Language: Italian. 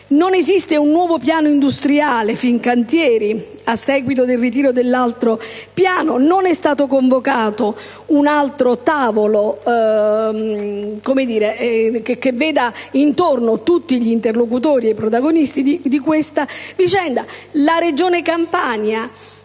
non esiste un nuovo piano industriale Fincantieri a seguito del ritiro dell'altro piano; non è stato convocato un altro tavolo che veda intorno tutti gli interlocutori e protagonisti di questa vicenda.